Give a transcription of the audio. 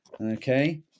Okay